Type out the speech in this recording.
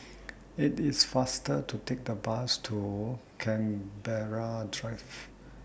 IT IS faster to Take The Bus to Canberra Drive